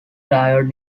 diode